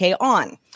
On